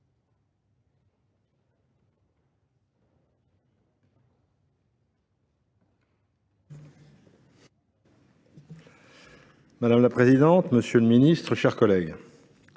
Madame la présidente, monsieur le ministre, mes chers collègues,